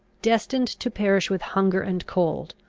destined to perish with hunger and cold.